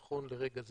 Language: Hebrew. נכון לרגע זה,